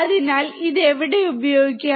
അതിനാൽ ഇത് എവിടെ ഉപയോഗിക്കാം